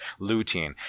lutein